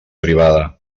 privada